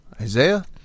Isaiah